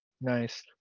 nice